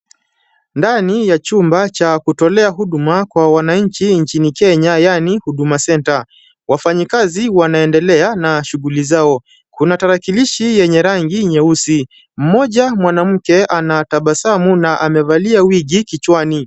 Ndani ya chumba cha kutolea huduma kwa wananchi nchini kenya yaani huduma centre. Wafanyikazi wanaendelea na shughuli zao. Kuna tarakilishi yenye rangi nyeusi. Mmoja mwanamke anatabasamu na amevalia wigi kichwani.